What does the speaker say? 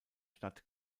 stadt